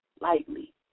lightly